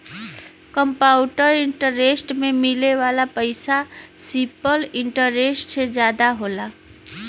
compound interest में मिले वाला पइसा सिंपल इंटरेस्ट से जादा होला